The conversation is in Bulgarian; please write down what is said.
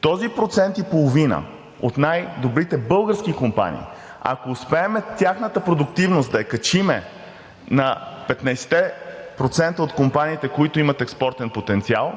Този процент и половина от най-добрите български компании – ако успеем тяхната продуктивност да я качим на 15-те процента от компаниите, които имат експортен потенциал,